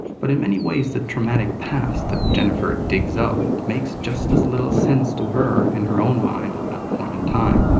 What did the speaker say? but in many ways, the traumatic past that jennifer digs up makes just as little sense to her in her own mind at that point in time.